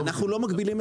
אני לא מוכן.